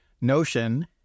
Notion